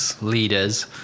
leaders